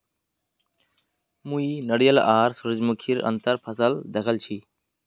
मुई नारियल आर सूरजमुखीर अंतर फसल दखल छी